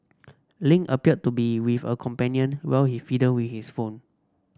Lin appeared to be with a companion while he fiddled we his phone